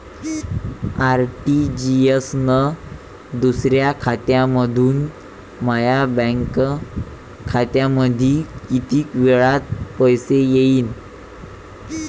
RTGS न दुसऱ्या बँकेमंधून माया बँक खात्यामंधी कितीक वेळातं पैसे येतीनं?